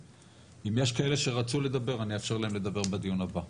ואם יש כאלה שרצו לדבר אני אאפשר להם לדבר בדיון הבא.